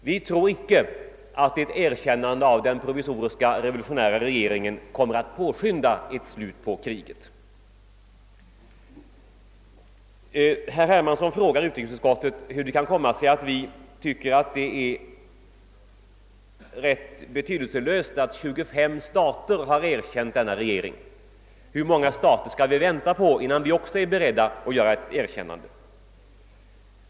Vi tror icke att ett erkännande av den provisoriska revolutionära regeringen kommer att påskynda att det blir ett slut på kriget. Herr Hermansson frågade utrikesutskottet, hur det kan komma sig att vi tycker att det är betydelselöst att 25 stater har erkänt denna regering. Hur många stater skall vi vänta på innan vi också är beredda att göra ett erkännande? frågar herr Hermansson.